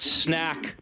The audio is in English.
snack